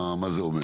מה זה אומר?